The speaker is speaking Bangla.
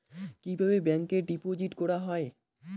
কিভাবে ব্যাংকে ডিপোজিট করা হয়?